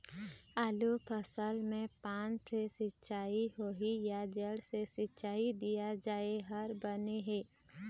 आलू फसल मे पान से सिचाई होही या जड़ से सिचाई दिया जाय हर बने हे?